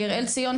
אראל ציון,